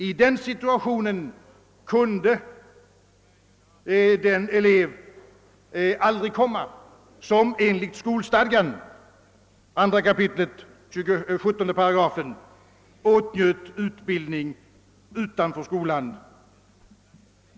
I den situationen kunde den elev aldrig råka som enligt skolstadgan 2 kap. 17 8 åtnjöt utbildning utanför skolan.